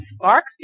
sparks